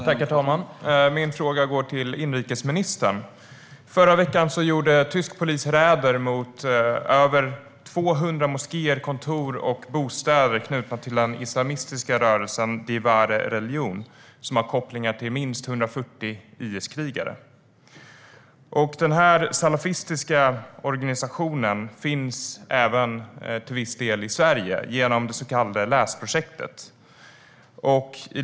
Herr talman! Min fråga går till inrikesministern. I förra veckan gjorde tysk polis räder mot över 200 moskéer, kontor och bostäder knutna till den islamistiska rörelsen Die wahre Religion, som har kopplingar till minst 140 IS-krigare. Denna salafistiska organisation finns till viss del även i Sverige genom det så kallade Läsprojektet.